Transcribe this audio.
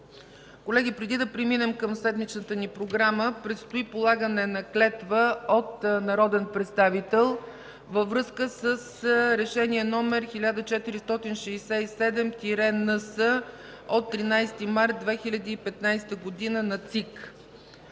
събрание. Преди да преминем към седмичната ни програма, предстои полагане на клетва от народен представител във връзка с Решение № 1467-НС от 13 март 2015 г. на